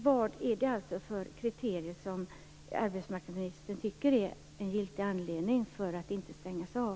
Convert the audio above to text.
Jag undrar alltså vilka kriterier arbetsmarknadsministern tycker är en giltig anledning för att inte stängas av.